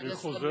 חבר הכנסת חנין.